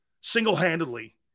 single-handedly